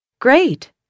Great